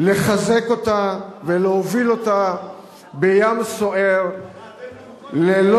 טוב שאתה לעולם, שלא